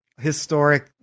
historic